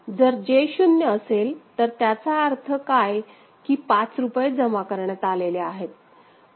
जर J शून्य असेल तर त्याचा अर्थ काय की पाच रुपये जमा करण्यात आलेले आहेत